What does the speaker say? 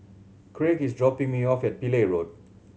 Craig is dropping me off at Pillai Road